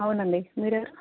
అవునండి మీరెవరు